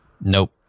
Nope